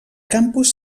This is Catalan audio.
campus